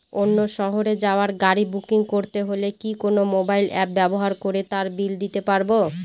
অন্য শহরে যাওয়ার গাড়ী বুকিং করতে হলে কি কোনো মোবাইল অ্যাপ ব্যবহার করে তার বিল দিতে পারব?